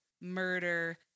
murder